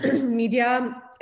media